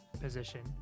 position